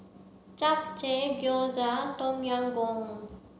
Japchae Gyoza Tom Yam Goong